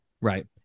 Right